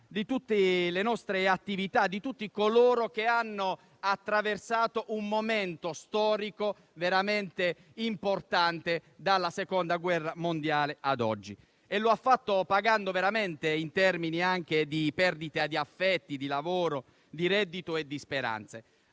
e le nostre attività, di tutti coloro che hanno attraversato un momento storico veramente importante, dalla Seconda guerra mondiale ad oggi. Lo hanno fatto pagando davvero in termini anche di perdita di affetti, di lavoro, di reddito e di speranze.